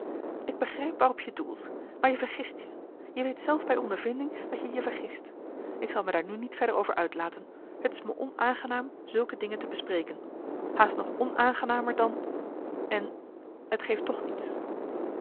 ik begrijp waarop je doelt maar je vergist je je weet zelf bij ondervinding dat je je vergist ik zal me daar nu niet verder over uitlaten het is me onaangenaam zulke dingen te bespreken haast nog onaangenamer dan en het geeft toch niets